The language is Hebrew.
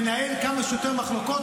ננהל כמה שיותר מחלוקות,